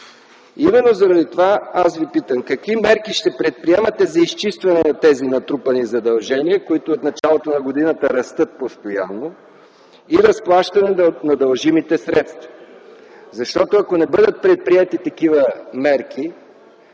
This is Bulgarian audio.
и именно заради това аз Ви питам: какви мерки ще предприемете за изчистване на тези натрупани задължения, които от началото на годината растат постоянно и разплащане на дължимите средства? Защото, ако не бъдат предприети такива мерки,